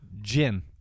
Gin